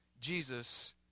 Jesus